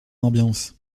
ambiance